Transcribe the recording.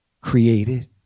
created